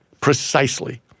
Precisely